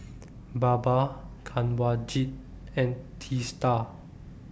Baba Kanwaljit and Teesta